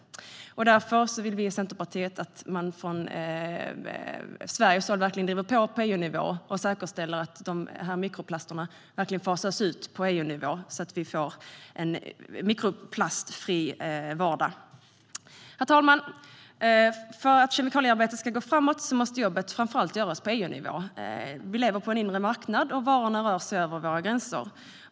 Därför vill vi i Centerpartiet att man från Sveriges håll verkligen driver på detta på EU-nivå och säkerställer att dessa mikroplaster verkligen fasas ut på EU-nivå, så att vi får en mikroplastfri vardag. Herr talman! För att kemikaliearbetet ska gå framåt måste jobbet göras på framför allt EU-nivå. Vi lever på en inre marknad, och varorna rör sig över våra gränser.